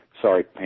sorry